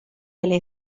delle